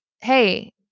Hey